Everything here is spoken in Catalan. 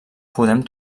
podem